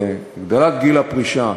להעלאת גיל הפרישה,